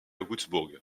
wurtzbourg